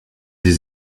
sie